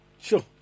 Sure